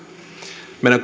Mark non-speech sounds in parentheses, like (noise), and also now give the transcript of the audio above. meidän (unintelligible)